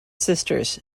sisters